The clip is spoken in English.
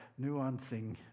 nuancing